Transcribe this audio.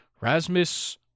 Rasmus